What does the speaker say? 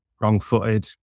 wrong-footed